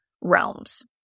realms